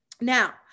Now